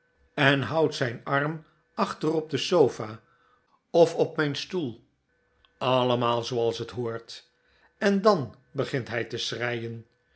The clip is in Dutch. en houdt zijn arm achter op de sofa of op mijn stoel allemaal zooals het hoort en dan begint hij